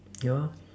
yeah